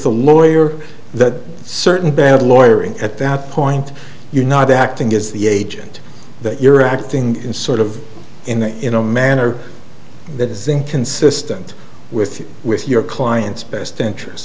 the lawyer the certain bad lawyer and at that point you're not acting is the agent that you're acting in sort of in the in a manner that is inconsistent with you with your client's best interest